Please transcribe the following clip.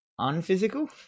unphysical